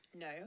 no